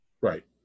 Right